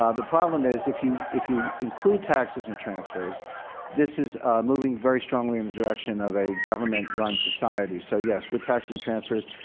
ah the problem is if you if you include taxes and transfers this is moving very strongly in the direction of a government run society. so yes, with taxes and transfers.